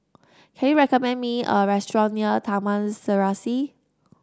can you recommend me a restaurant near Taman Serasi